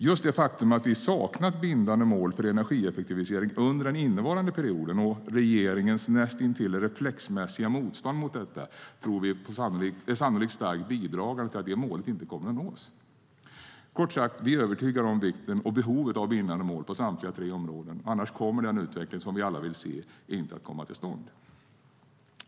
Just det faktum att vi har saknat bindande mål för energieffektivisering under den innevarande perioden, samt regeringens näst intill reflexmässiga motstånd mot detta, tror vi sannolikt är starkt bidragande till att målet inte kommer att nås. Kort sagt är vi övertygade om vikten och behovet av bindande mål på samtliga tre områden. Annars kommer den utveckling vi alla vill se inte att komma till stånd.